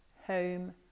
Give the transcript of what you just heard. home